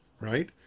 right